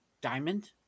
diamond